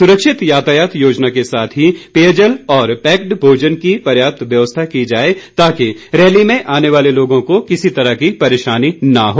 सुरक्षित यातायात योजना के साथ ही पेयजल और पैक्ड भोजन की पर्याप्त व्यवस्था की जाए ताकि रैली में आने वाले लोगों को किसी तरह की परेशानी ना हो